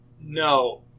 no